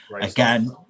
again